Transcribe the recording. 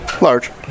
Large